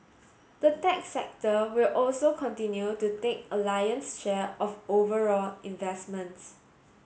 the tech sector will also continue to take a lion's share of overall investments